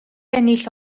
ennill